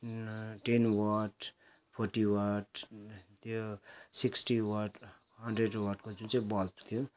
ten watt forty watt त्यो sixty watt hundred वाटको जुन चाहिँ बल्ब थियो